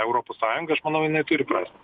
europos sąjungą aš manau jinai turi prasmę